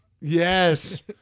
yes